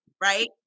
right